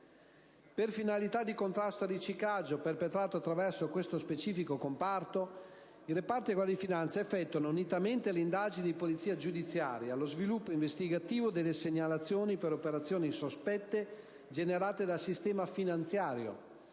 Per finalità di contrasto al riciclaggio perpetrato questo specifico comparto i reparti di Guardia di finanza effettuano, unitamente alle indagini di polizia giudiziaria, lo sviluppo investigativo delle segnalazioni per operazioni sospette generate dal sistema finanziario